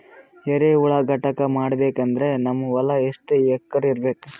ಎರೆಹುಳ ಘಟಕ ಮಾಡಬೇಕಂದ್ರೆ ನಮ್ಮ ಹೊಲ ಎಷ್ಟು ಎಕರ್ ಇರಬೇಕು?